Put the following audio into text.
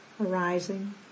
arising